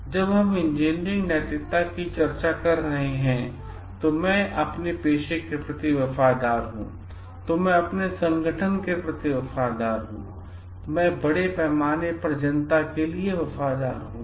जब हम इंजीनियरिंग नैतिकता की चर्चा कर रहे हैं तो मैं अपने पेशे के प्रति वफादार हूं तो मैं अपने संगठन के प्रति वफादार हूं और मैं बड़े पैमाने पर जनता के लिए वफादार हूं